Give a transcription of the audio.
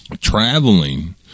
traveling